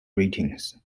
ratings